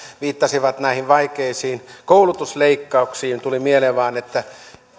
viittasivat näihin vaikeisiin koulutusleikkauksiin tuli mieleen vain että